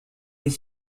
les